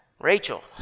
Rachel